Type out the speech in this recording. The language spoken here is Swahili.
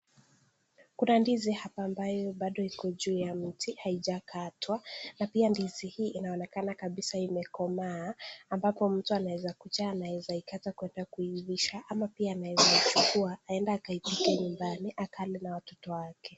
Kuna ndizi hapa ambayo bado iko juu ya mti haijakatwa, na pia ndizi hiii inaonekana kabisa imekomaa ambapo mtu anaweza kuja anaezaikata kwenda kuilisha ama pia anaweza chukua aende akaipike nyumbani akale na watoto wake.